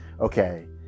okay